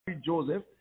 Joseph